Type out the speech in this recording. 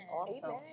awesome